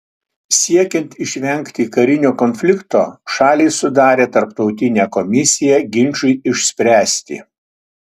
siekiant išvengti karinio konflikto šalys sudarė tarptautinę komisiją ginčui išspręsti